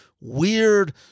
weird